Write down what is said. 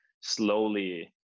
slowly